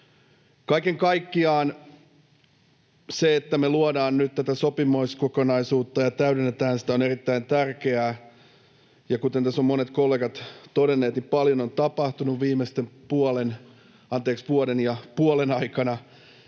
Kaiken kaikkiaan se, että me luodaan ja täydennetään nyt tätä sopimuskokonaisuutta, on erittäin tärkeää, ja kuten tässä ovat monet kollegat todenneet, paljon on tapahtunut viimeisten puolentoista